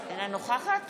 אינה נוכחת